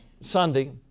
Sunday